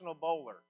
bowler